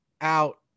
out